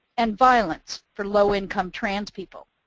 and violence for low-income trans people.